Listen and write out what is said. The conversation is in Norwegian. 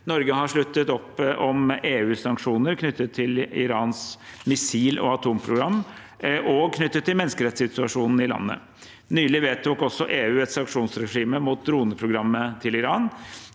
Norge har sluttet opp om EUs sanksjoner knyttet til Irans missil- og atomprogram og knyttet til menneskerettighetssituasjonen i landet. Nylig vedtok EU også et sanksjonsregime mot droneprogrammet til Iran.